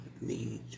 need